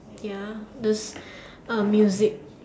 ya the uh music